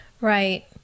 Right